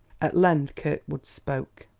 at length kirkwood spoke.